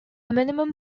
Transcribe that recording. minimum